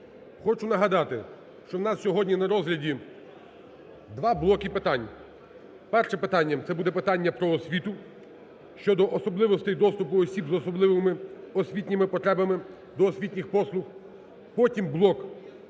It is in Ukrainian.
Хочу нагадати, що у нас сьогодні на розгляді два блоки питань: перше питання – це буде питання про освіту, щодо особливостей доступу осіб з особливими освітніми потребами до освітніх послуг; потім – блок